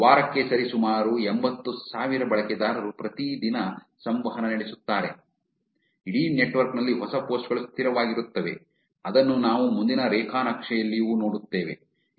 ವಾರಕ್ಕೆ ಸರಿಸುಮಾರು ಎಂಭತ್ತು ಸಾವಿರ ಬಳಕೆದಾರರು ಪ್ರತಿದಿನ ಸಂವಹನ ನಡೆಸುತ್ತಿದ್ದಾರೆ ಇಡೀ ನೆಟ್ವರ್ಕ್ ನಲ್ಲಿ ಹೊಸ ಪೋಸ್ಟ್ ಗಳು ಸ್ಥಿರವಾಗಿರುತ್ತವೆ ಅದನ್ನು ನಾವು ಮುಂದಿನ ರೇಖಾ ನಕ್ಷೆನಲ್ಲಿಯೂ ನೋಡುತ್ತೇವೆ